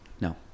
No